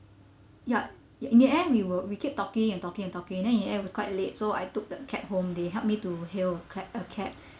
yup in the end we were we kept talking and talking and talking then in the end it was quite late so I took the cab home they helped me to hail a cab a cab